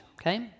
okay